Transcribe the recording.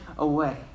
Away